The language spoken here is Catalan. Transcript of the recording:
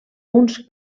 uns